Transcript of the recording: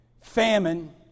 famine